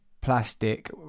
plastic